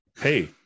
Hey